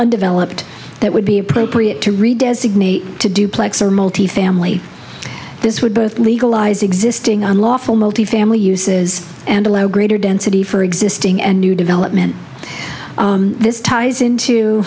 undeveloped that would be appropriate to read designate to duplex or multifamily this would both legalize existing unlawful multifamily uses and allow greater density for existing and new development this ties into